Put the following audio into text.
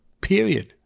period